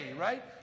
right